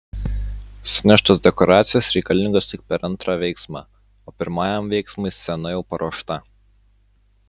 suneštos dekoracijos reikalingos tik per antrą veiksmą o pirmajam veiksmui scena jau paruošta